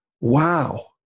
wow